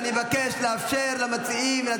שני קיזוזים.